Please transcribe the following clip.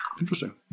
Interesting